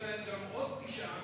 יש להם גם עוד גישה,